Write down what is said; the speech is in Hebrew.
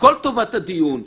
הכול טובת הדיון.